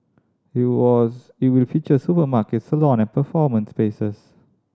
it was it will feature a supermarket salon and performance spaces